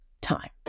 time